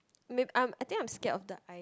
may~ I'm I think I'm scared of the i~